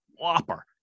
whopper